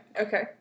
okay